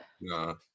no